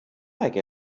like